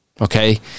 Okay